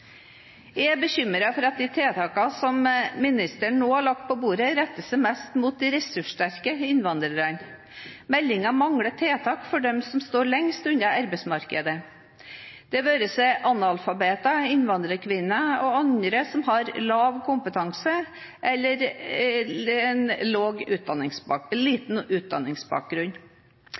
Jeg er bekymret for at de tiltakene som ministeren nå har lagt på bordet, retter seg mest mot de ressurssterke innvandrerne. Meldingen mangler tiltak for dem som står lengst unna arbeidsmarkedet, det være seg analfabeter, innvandrerkvinner eller andre som har lav kompetanse eller liten utdanningsbakgrunn.